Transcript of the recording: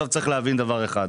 צריך להבין דבר אחד.